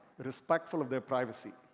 respectful of their privacy.